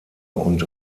und